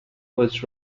was